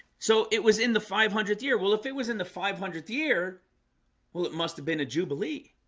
so it was in the five hundredth year. well if it was in the five hundredth year well, it must have been a jubilee